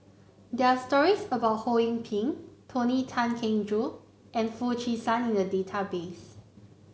there are stories about Ho Yee Ping Tony Tan Keng Joo and Foo Chee San in the database